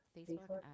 Facebook